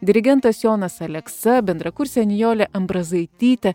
dirigentas jonas aleksa bendrakursė nijolė ambrazaitytė